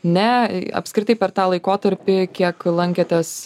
ne apskritai per tą laikotarpį kiek lankėtės